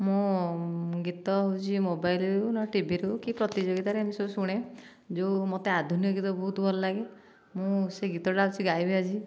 ମୁଁ ଗୀତ ହେଉଛି ମୋବାଇଲରୁ ନହେଲେ ଟିଭିରୁ କି ପ୍ରତିଯୋଗୀତାରେ ଏମିତି ସବୁ ଶୁଣେ ଯେଉଁ ମୋତେ ଆଧୁନିକ ଗୀତ ବହୁତ ଭଲ ଲାଗେ ମୁଁ ସେ ଗୀତଟା ବସି ଗାଇବି ଆଜି